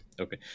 Okay